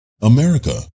America